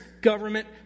government